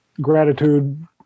gratitude